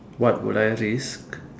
what would I risk